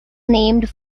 named